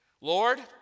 Lord